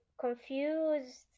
confused